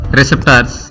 receptors